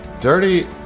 Dirty